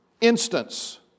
instance